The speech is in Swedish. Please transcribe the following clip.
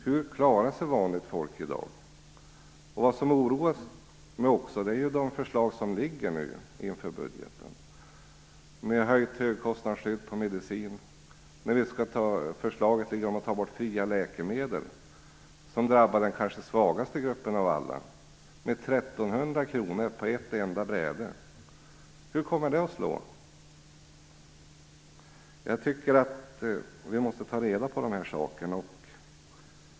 Hur klarar sig vanligt folk i dag? De förslag som nu föreligger i budgeten oroar mig: Man föreslår höjt högkostnadsskydd för medicin, och det finns ett förslag om att ta bort de fria läkemedlen, vilket drabbar den kanske svagaste gruppen av alla med 1 300 kronor på ett enda bräde. Hur kommer det att slå? Vi måste ta reda på dessa saker.